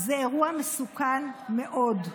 זה אירוע מסוכן מאוד.